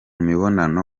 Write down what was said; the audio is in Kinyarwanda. mibonano